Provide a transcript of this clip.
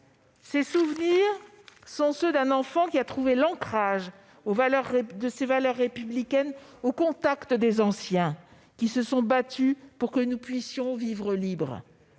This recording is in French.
Ces souvenirs sont ceux d'un enfant qui a trouvé l'ancrage de ses valeurs républicaines au contact des anciens, qui se sont battus pour que nous puissions vivre libres.